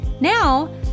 Now